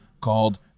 called